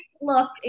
Look